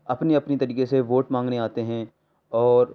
اپنے اپنے طریقے سے ووٹ مانگنے آتے ہیں اور